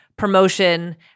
promotion